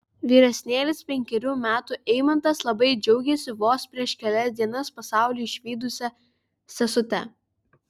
vyresnėlis penkerių metų eimantas labai džiaugiasi vos prieš kelias dienas pasaulį išvydusia sesute